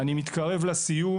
אני מתקרב לסיום.